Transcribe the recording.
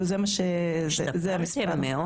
השתפרתם מאוד.